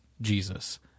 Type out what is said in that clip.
Jesus